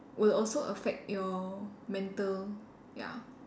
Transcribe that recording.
would also affect your mental ya